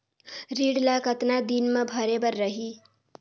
ऋण ला कतना दिन मा भरे बर रही?